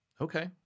Okay